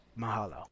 Mahalo